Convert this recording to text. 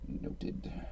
Noted